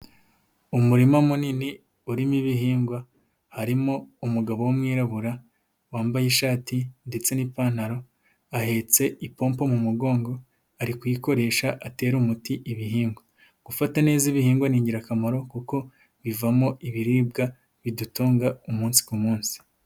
Umurima munini urimo ibihingwa harimo umugabo w'umwirabura wambaye ishati ndetse n'ipantaro ahetse ipompo mu mugongo ari kuyikoresha atera umuti ibihingwa, gufata neza ibihingwa ni ingirakamaro kuko bivamo ibiribwa bidutunga umunsi ku munsi.